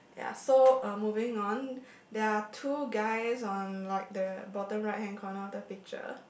ya so uh moving on there are two guys on like the bottom right hand corner of the picture